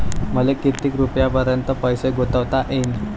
मले किती रुपयापर्यंत पैसा गुंतवता येईन?